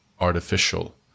artificial